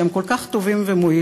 שהם כל כך טובים ומועילים,